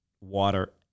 water